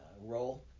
role